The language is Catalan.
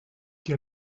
qui